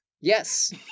Yes